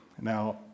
Now